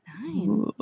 Nine